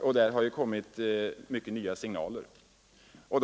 Här har många nya signaler kommit.